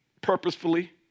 Purposefully